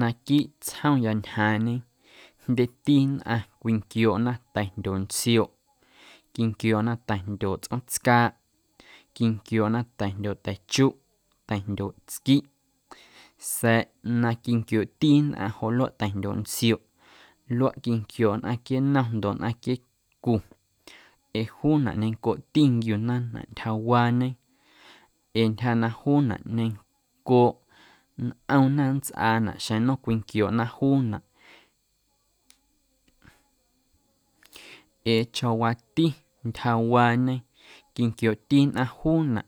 Naquiiꞌ tsjomya ñjaaⁿñe jndyeti nnꞌaⁿ cwinquiooꞌna ta̱jndyooꞌ ntsioꞌ quinquiooꞌna ta̱jndyooꞌ tsꞌoom tscaaꞌ quinquiooꞌna ta̱jndyooꞌ ta̱chuꞌ ta̱jndyooꞌ tsquiꞌ sa̱a̱ na quinquiooꞌti nnꞌaⁿ joꞌ luaꞌ ta̱jndyooꞌ ntsioꞌ luaꞌ quinquiooꞌ nnꞌaⁿ nquienom ndoꞌ nnꞌaⁿ nquieecu ee juunaꞌ ñencooꞌti nquiuna ntyjawaañe ee ntyja na juunaꞌ ñencooꞌ nꞌomna nntsꞌaanaꞌ xeⁿ nnom cwinquiooꞌna juunaꞌ ee chawaati ntyjawaañe quinquiooꞌti nnꞌaⁿ juunaꞌ